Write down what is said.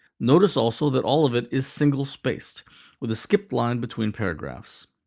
notice also that all of it is single-spaced with a skipped line between paragraphs.